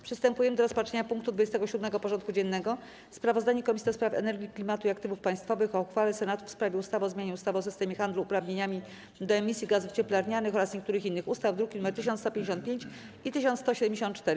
Przystępujemy do rozpatrzenia punktu 27. porządku dziennego: Sprawozdanie Komisji do Spraw Energii, Klimatu i Aktywów Państwowych o uchwale Senatu w sprawie ustawy o zmianie ustawy o systemie handlu uprawnieniami do emisji gazów cieplarnianych oraz niektórych innych ustaw (druki nr 1155 i 1174)